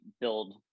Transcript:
build